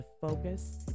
focus